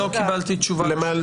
לא קיבלתי תשובה לשאלה.